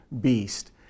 beast